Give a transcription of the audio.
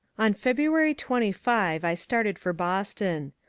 on february twenty five i started for boston.